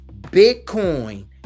Bitcoin